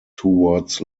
towards